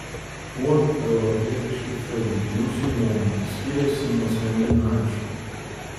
kuo europietiški filmai jūsų nuomone skiriasi nuo skandinaviškų